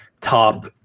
top